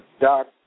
Doc